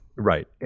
Right